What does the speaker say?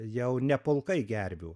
jau ne pulkai gervių